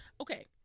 Okay